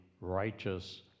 righteous